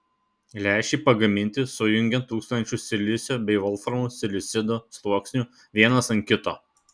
lęšiai pagaminti sujungiant tūkstančius silicio bei volframo silicido sluoksnių vienas ant kito